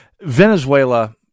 Venezuela